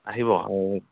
আহিব